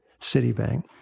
Citibank